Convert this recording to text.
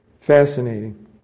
Fascinating